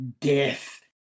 death